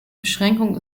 beschränkung